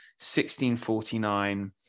1649